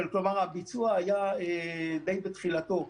כלומר, הביצוע היה די בתחילתו.